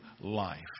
life